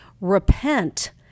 repent